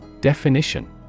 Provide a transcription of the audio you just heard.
Definition